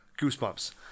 goosebumps